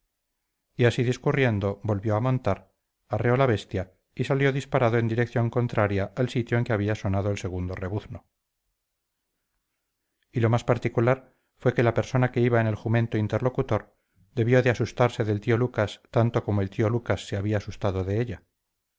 y así discurriendo volvió a montar arreó la bestia y salió disparado en dirección contraria al sitio en que había sonado el segundo rebuzno y lo más particular fue que la persona que iba en el jumento interlocutor debió de asustarse del tío lucas tanto como el tío lucas se había asustado de ella